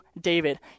David